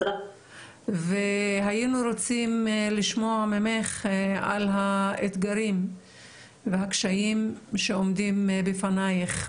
והיינו רוצים לשמוע ממך על האתגרים והקשיים שעומדים בפנייך,